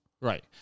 Right